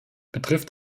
betrifft